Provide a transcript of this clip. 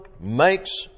makes